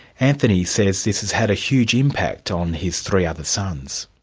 anthony says this has had a huge impact on his three other sons.